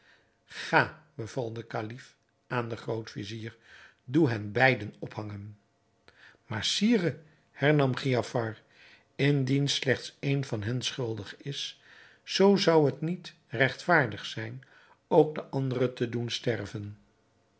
ga beval de kalif aan den groot-vizier doe hen beiden ophangen maar sire hernam giafar indien slechts een van hen schuldig is zoo zou het niet regtvaardig zijn ook den andere te doen sterven